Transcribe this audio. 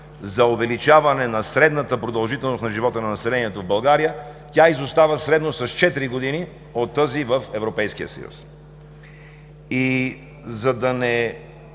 за увеличаване на средната продължителност на живота на населението в България, тя изостава средно с четири години от тази в Европейския съюз. За да не